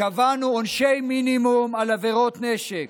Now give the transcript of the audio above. קבענו עונשי מינימום על עבירות נשק,